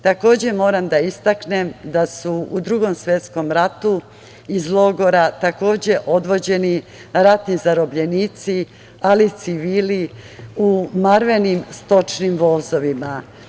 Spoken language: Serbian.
Takođe, moram da istaknem da su u Drugom svetskom ratu iz logora takođe odvođeni ratni zarobljenici, ali i civili u marvenim stočnim vozovima.